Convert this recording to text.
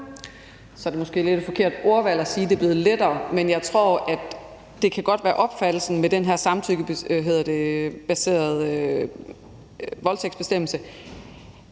Så er det måske et lidt forkert ordvalg at bruge, altså at det er blevet lettere. Men jeg tror, at det godt kan være opfattelsen med den her samtykkebaserede voldtægtsbestemmelse,